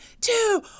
two